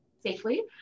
safely